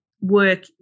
work